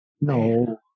No